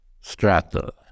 strata